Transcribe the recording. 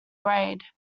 grade